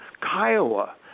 Kiowa